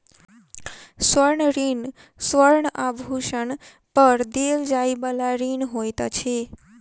स्वर्ण ऋण स्वर्ण आभूषण पर देल जाइ बला ऋण होइत अछि